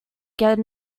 get